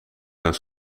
zijn